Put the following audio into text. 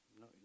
No